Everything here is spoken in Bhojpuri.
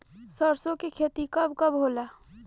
सरसों के खेती कब कब होला?